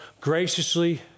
graciously